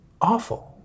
awful